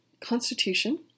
Constitution